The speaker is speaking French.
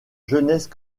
jeunesse